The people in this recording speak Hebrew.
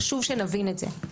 חשוב שנבין את זה.